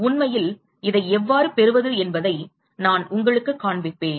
உண்மையில் இதை எவ்வாறு பெறுவது என்பதை நான் உங்களுக்குக் காண்பிப்பேன்